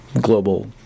global